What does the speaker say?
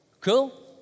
Cool